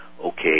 Okay